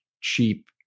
cheap